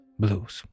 blues